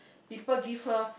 people give her